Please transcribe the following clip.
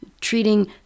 treating